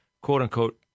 quote-unquote